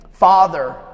father